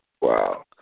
Wow